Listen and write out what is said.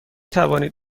توانید